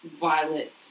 Violet